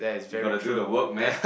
you got to do the work man